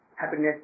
happiness